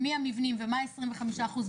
לראש מועצה או ראש עירייה יש הרבה דילמות.